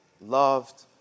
loved